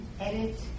edit